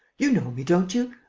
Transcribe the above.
you know me, don't you?